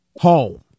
home